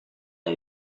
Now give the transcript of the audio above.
are